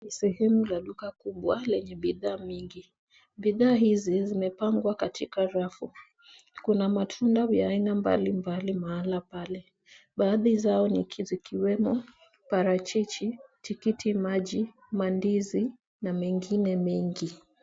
Ni sehemu ya duka kubwa lenye bidhaa nyingi . Bidhaa hizi zimepangwa katika rafu . Kuna matunda ya aina mbalimbali mahala pale. Baadhi zao ni zikiwemo parachichi, tikiti maji , mandizi na mengine mengi.